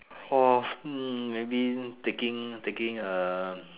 oh hmm maybe taking taking a